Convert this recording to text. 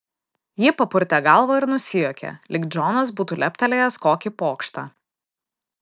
ji papurtė galvą ir nusijuokė lyg džonas būtų leptelėjęs kokį pokštą